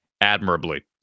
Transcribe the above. admirably